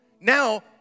Now